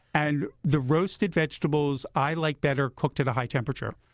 and the roasted vegetables i like better cooked at a high temperature,